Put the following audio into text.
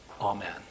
Amen